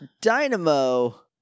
Dynamo